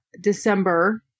December